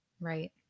right